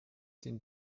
den